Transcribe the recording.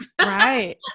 right